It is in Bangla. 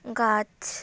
গাছ